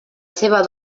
seva